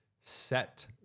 set